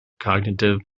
cognitive